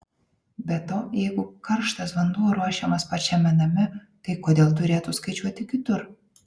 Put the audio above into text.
be to jeigu karštas vanduo ruošiamas pačiame name tai kodėl turėtų skaičiuoti kitur